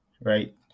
right